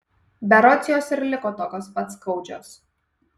berods jos ir liko tokios pat skaudžios